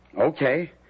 Okay